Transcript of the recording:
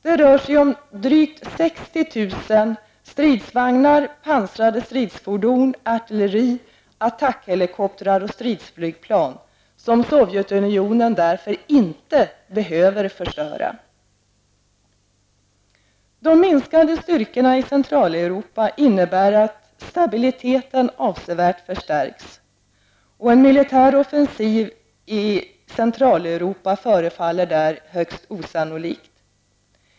Det rör sig om drygt 60 000 Sovjetunionen därför inte behöver förstöra. De minskade styrkorna i Centraleuropa innebär att stabiliteten avsevärt förstärks, och en militär offensiv i Centraleuropa förefaller högst osannolik.